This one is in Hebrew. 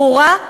ברורה,